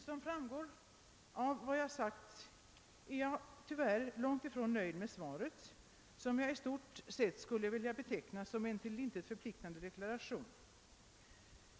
Såsom framgår av vad jag sagt är jag tyvärr långt ifrån nöjd med svaret, som jag i stort sett skulle vilja beteckna som en till intet förpliktigande deklaration.